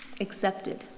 accepted